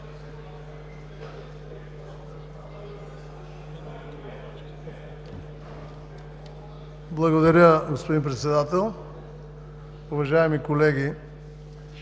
уважаеми господин Председател. Уважаеми колеги!